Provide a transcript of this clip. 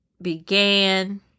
began